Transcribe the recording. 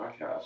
podcast